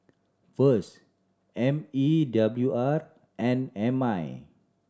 VS M E W R and M I